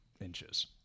inches